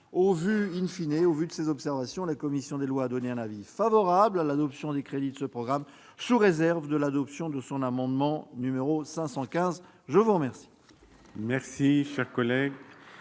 au vu de ces observations, la commission des lois a donné un avis favorable à l'adoption des crédits de ce programme, sous réserve de l'adoption de son amendement n° II-515. Mes chers